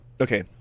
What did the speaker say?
Okay